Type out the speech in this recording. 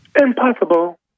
Impossible